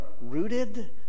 rooted